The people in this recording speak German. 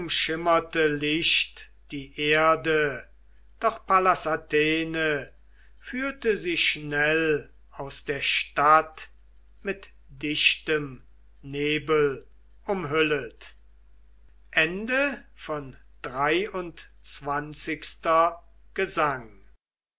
umschimmerte licht die erde doch pallas athene führte sie schnell aus der stadt mit dichtem nebel umhüllet xxiv gesang